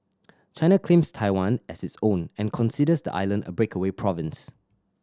China claims Taiwan as its own and considers the island a breakaway province